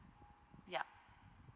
yup